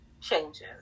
changes